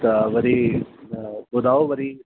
त वरी ॿुधायो वरी